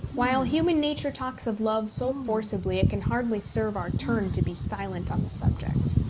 while human nature talks of love so forcibly it can hardly serve our turn to be silent on the subject.